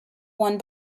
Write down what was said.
one